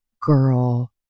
girl